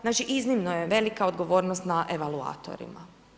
Znači iznimno je velika odgovornost na evaluatorima.